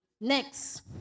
Next